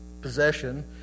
possession